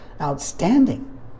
outstanding